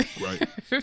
right